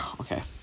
okay